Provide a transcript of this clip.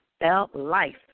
L-Life